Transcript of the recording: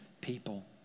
people